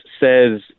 says